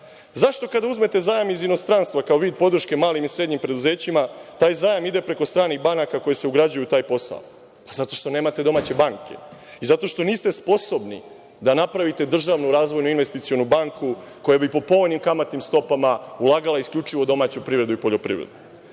Zašto kada uzmete zajam iz inostranstva, kao vid podrške malim i srednjim preduzećima, taj zajam ide preko stranih banaka koji se ugrađuju u taj posao. Zato što nemate domaće banke i zato što niste sposobni da napravite državnu razvojnu investicionu banku koja bi po povoljnim kamatnim stopama ulagala isključivo u domaću privredu i poljoprivredu. Pa,